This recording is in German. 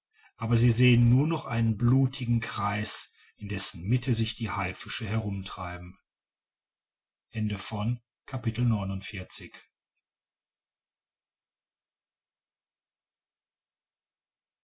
aber sie sehen nur noch einen blutigen kreis in dessen mitte sich die haifische herumtreiben